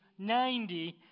90